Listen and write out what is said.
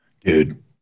Dude